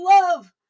love